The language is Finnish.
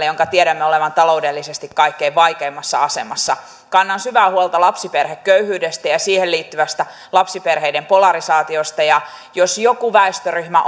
jonka tiedämme olevan taloudellisesti kaikkein vaikeimmassa asemassa kannan syvää huolta lapsiperheköyhyydestä ja siihen liittyvästä lapsiperheiden polarisaatiosta ja jos joku väestöryhmä